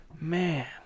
man